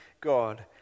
God